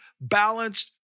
balanced